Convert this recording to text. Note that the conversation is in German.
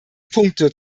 punkte